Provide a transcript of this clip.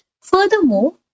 Furthermore